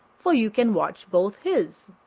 for you can watch both his.